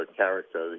character